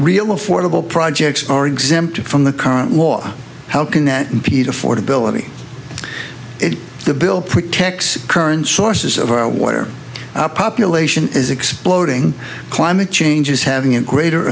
real affordable projects are exempted from the current law how can that impede affordability if the bill protects current sources of our water our population is exploding climate change is having a greater